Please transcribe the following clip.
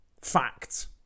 fact